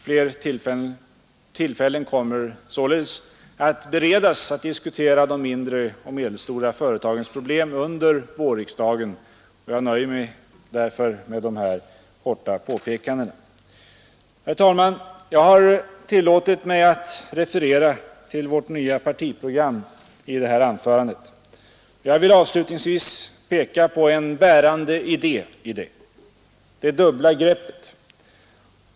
Fler tillfällen kommer således att beredas att diskutera de mindre och medelstora företagens problem under vårriksdagen, och jag nöjer mig därför med dessa korta påpekanden. Herr talman! Jag har tillåtit mig att referera till vårt nya partiprogram i det här anförandet. Jag vill avslutningsvis peka på en bärande idé i det: det dubbla greppet.